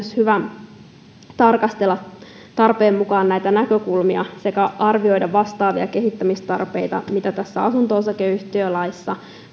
hyvä tarkastella tarpeen mukaan myös muiden yhtiömuotojen osalta näitä näkökulmia sekä arvioida vastaavia kehittämistarpeita kuin on tässä asunto osakeyhtiölaissa